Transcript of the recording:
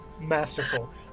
Masterful